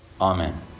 Amen